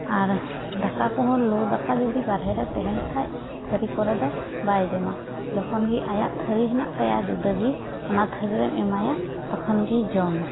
ᱟᱨ ᱫᱟᱠᱟ ᱠᱚᱦᱚᱸ ᱞᱩ ᱫᱟᱠᱟ ᱡᱩᱫᱤ ᱵᱟᱨᱦᱮ ᱨᱮ ᱛᱟᱦᱮᱱ ᱠᱷᱟᱱ ᱛᱷᱟᱹᱨᱤ ᱠᱚᱨᱮ ᱫᱚ ᱵᱟᱭᱡᱚᱢᱟ ᱡᱚᱠᱷᱚᱱ ᱜᱮ ᱟᱭᱟᱜ ᱛᱷᱟᱹᱨᱤ ᱦᱮᱱᱟᱜ ᱛᱟᱭᱟ ᱡᱩᱫᱟᱹ ᱜᱮ ᱚᱱᱟ ᱛᱷᱟᱹᱨᱤ ᱨᱮᱢ ᱮᱢᱟᱭᱟ ᱛᱚᱠᱷᱚᱱ ᱜᱮᱭ ᱡᱚᱢᱟ